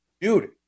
dude